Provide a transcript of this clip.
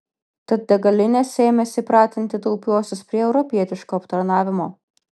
tad degalinės ėmėsi pratinti taupiuosius prie europietiško aptarnavimo